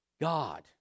God